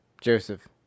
Joseph